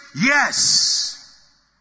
Yes